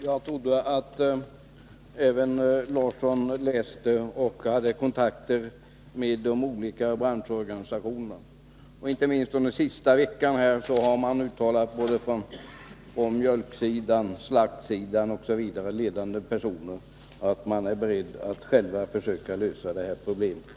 Herr talman! Kära Einar Larsson, jag trodde att även Einar Larsson hade kontakter med de olika branschorganisationerna. Inte minst under den senaste veckan har ledande personer från mjölksidan, slaktsidan osv. uttalat att man är beredd att själva försöka lösa problemet.